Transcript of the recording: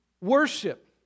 worship